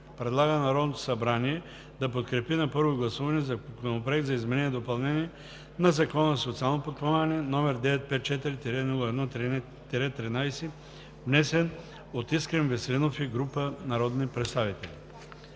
Предлага на Народното събрание да подкрепи на първо гласуване Законопроект за изменение и допълнение на Закона за социално подпомагане, № 954-01-13, внесен от Искрен Василев Веселинов и група народни представители.“